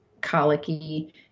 colicky